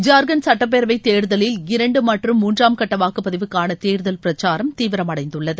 ஜார்கண்ட் சட்டப்பேரவைத் தேர்தலில் இரண்டு மற்றும் மூன்றாம் கட்ட வாக்குப்பதிவுக்கான தேர்தல் பிரச்சாரம் தீவிரமடைந்துள்ளது